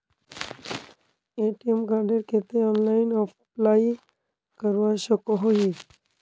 ATM कार्डेर केते online apply करवा सकोहो ही?